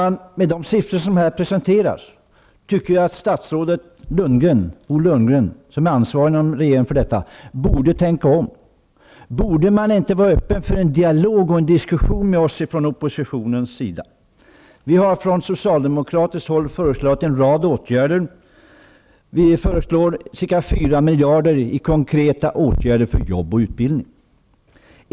Med tanke på de siffror som här presenteras borde, tycker jag, statsrådet Lundgren, som inom regeringen är ansvarig för detta, tänka om. Borde man inte vara öppen för en dialog och en diskussion med oss från oppositionens sida? Vi har från socialdemokratiskt håll föreslagit en rad åtgärder. Vi föreslår ca 4 miljarder till konkreta åtgärder för jobb och utbildning.